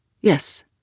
yes